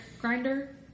grinder